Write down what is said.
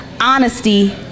honesty